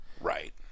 Right